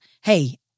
Hey